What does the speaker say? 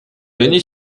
l’année